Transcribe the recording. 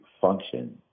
function